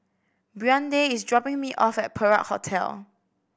Brande is dropping me off at Perak Hotel